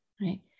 right